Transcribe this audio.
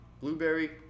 blueberry